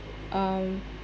um